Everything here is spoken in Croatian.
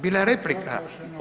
Bila je replika.